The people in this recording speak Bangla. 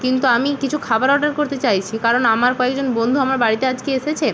কিন্তু আমি কিছু খাবার অর্ডার করতে চাইছি কারণ আমার কয়েকজন বন্ধু আমার বাড়িতে আজকে এসেছে